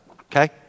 Okay